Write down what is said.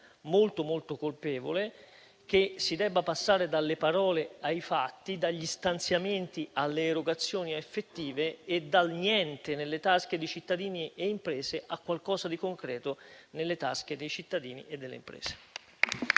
davvero molto colpevole, che si debba passare dalle parole ai fatti, dagli stanziamenti alle erogazioni effettive e dal niente nelle tasche dei cittadini e delle imprese a qualcosa di concreto nelle tasche dei cittadini e delle imprese.